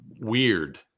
weird